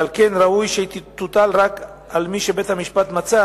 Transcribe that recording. ועל כן ראוי שהיא תוטל רק על מי שבית-המשפט מצא